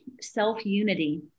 self-unity